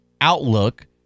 outlook